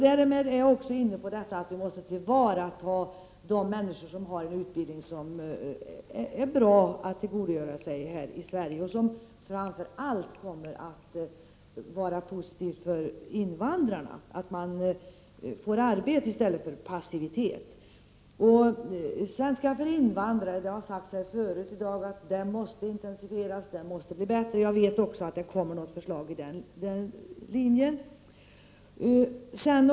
Därmed är jag också inne på detta att vi borde tillvarata den utbildning som människor har och som är bra för Sverige. Det kommer framför allt att vara positivt för invandrarna, som får arbete i stället för passivitet. Svenska för invandrare måste, som har sagts här tidigare i dag, intensifieras och bli bättre, och det kommer också förslag i den riktningen.